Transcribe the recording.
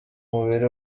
mubiri